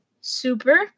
super